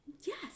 Yes